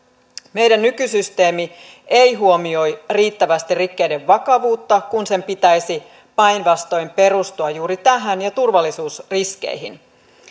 meidän nykysysteemi ei huomioi riittävästi rikkeiden vakavuutta kun sen pitäisi päinvastoin perustua juuri tähän ja turvallisuusriskeihin